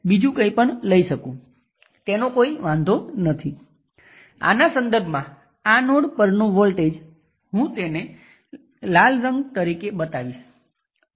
તમે 1 અને 1 પ્રાઇમ વચ્ચે ઓપન સર્કિટ વોલ્ટેજની ગણતરી કરીને પણ તેને ઘટાડી શકો છો